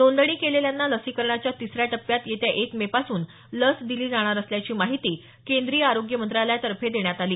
नोंदणी केलेल्यांना लसीकरणाच्या तिसऱ्या टप्प्यात येत्या एक मे पासून लस दिली जाणार असल्याची माहिती केंद्रीय आरोग्य मंत्रालयातर्फे देण्यात आली